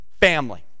Family